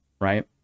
right